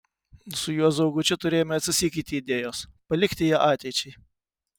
su juozu augučiu turėjome atsisakyti idėjos palikti ją ateičiai